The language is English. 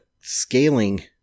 scaling